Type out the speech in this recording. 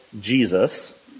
Jesus